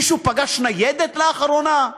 מישהו פגש ניידת לאחרונה?